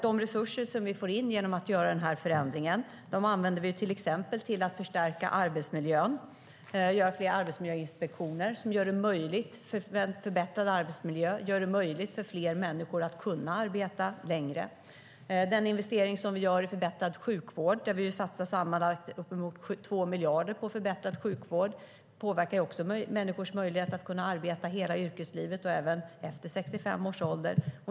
De resurser vi får in genom att göra förändringen använder vi till exempel till att förstärka arbetsmiljön och göra fler inspektioner som förbättrar arbetsmiljön och gör det möjligt för fler människor att arbeta längre. Den investering vi gör i förbättrad sjukvård - vi satsar sammanlagt uppemot 2 miljarder - påverkar också människors möjlighet att arbeta hela yrkeslivet, även efter 65 års ålder.